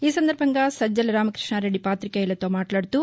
ఈ సందర్భంగా సజ్జల రామకృష్ణ రెడ్డి పాతికేయులతో మాట్లాదుతూ